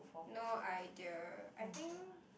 no idea I think